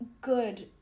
good